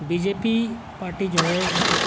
be J P party جو ہے اس وقت